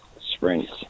sprints